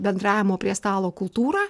bendravimo prie stalo kultūrą